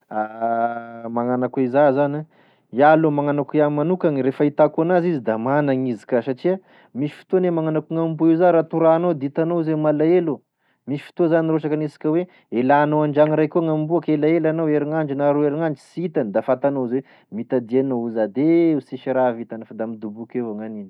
Magnano akoiza zany e, iaho aloha magnano akoiaho manokagny re fahitako an'azy izy da managny izy ka satria misy fotoa ane magnano ako gn'amboa iza raha toranao de hitanao izy e malahelo, misy fotoa zany raha ohatra ka anisika hoe elanao an-dragno iraiky ao gn'amboa ka elaela anao herignandro na roa herignandro sy hitany da fantanao izy hoe mitadia anao iziza de eo sisy raha vitany fa da midoboky eo gnaniny.